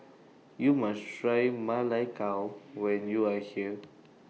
YOU must Try Ma Lai Gao when YOU Are here